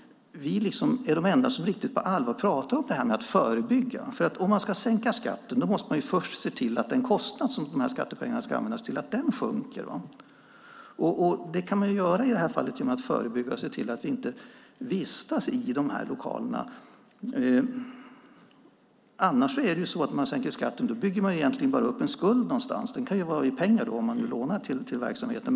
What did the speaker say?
Vi är de enda som riktigt på allvar pratar om att förebygga. Om man ska sänka skatten måste man först se till att den kostnad som dessa skattepengar ska användas till sjunker. Det kan man i det här fallet göra genom att förebygga och se till att vi inte vistas i de lokalerna. Annars bygger man när man sänker skatten egentligen bara upp en skuld någonstans. Det kan vara i pengar om man lånar till verksamheten.